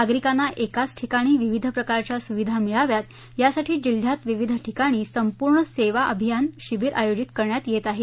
नागरिकांना एकाच ठिकाणी विविध प्रकारच्या सुविधा मिळाव्यात यासाठी जिल्ह्यात विविध ठिकाणी संपूर्ण सेवाअभियान शिबीराचं आयोजन करण्यात येत आहे